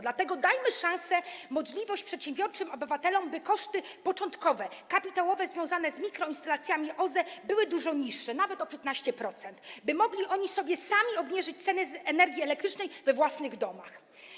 Dlatego dajmy szansę, możliwość przedsiębiorczym obywatelom, by początkowe koszty kapitałowe związane z mikroinstalacjami OZE były dużo niższe, nawet o 15%, by mogli oni sami sobie obniżyć cenę energii elektrycznej we własnych domach.